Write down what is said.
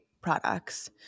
products